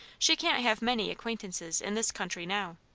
she can't have many acquaintances in this country now.